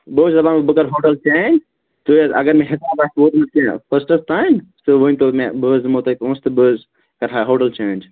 بہٕ اوسُس دپان بہٕ کَرٕ ہوٹَل چینج تُہۍ حظ اگر مےٚ حِساب آسہِ ووتمُت یہِ فٔسٹَس تانۍ سُہ ؤنۍ تَو مےٚ بہٕ حظ دِمہو تۄہہِ پۅنٛسہٕ تہٕ بہٕ حظ کَرٕہا ہوٹَل چینٛج